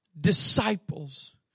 disciples